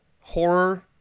horror